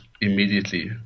immediately